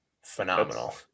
phenomenal